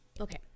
okay